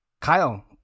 Kyle